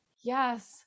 yes